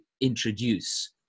introduce